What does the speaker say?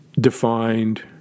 defined